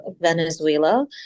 Venezuela